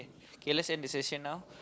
okay let's end the session now